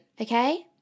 okay